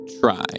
try